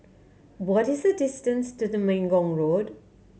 what is the distance to the Temenggong Road